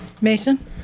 Mason